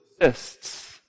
exists